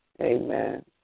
amen